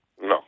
No